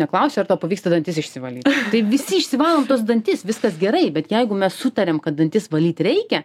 neklausi ar tau pavyksta dantis išsivalyt tai visi išsivalom dantis viskas gerai bet jeigu mes sutariam kad dantis valyti reikia